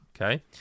Okay